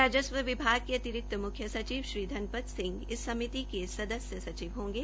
राजस्व विभाग के अतिरिक्त म्ख्य सचिव श्री धनपत सिंह इस कमेटी के सदस्य सचिव होंगे